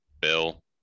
Bill